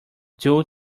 due